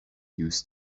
used